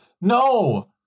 No